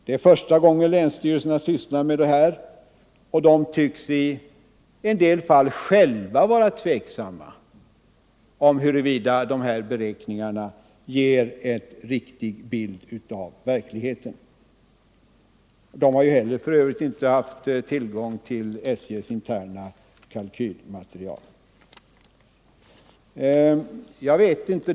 Det är första gången som länsstyrelserna sysslar med detta, och de tycks i en del fall själva vara tveksamma om huruvida beräkningarna ger en riktig bild av verkligheten. De har för övrigt inte heller haft tillgång till SJ:s interna kalkylmaterial.